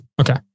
Okay